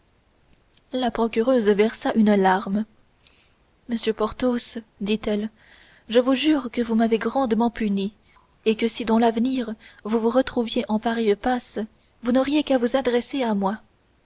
la procureuse versa une larme monsieur porthos dit-elle je vous jure que vous m'avez grandement punie et que si dans l'avenir vous vous retrouviez en pareille passe vous n'auriez qu'à vous adresser à moi